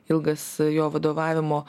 ilgas jo vadovavimo